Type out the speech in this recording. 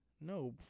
No